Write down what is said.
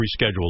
rescheduled